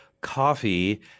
coffee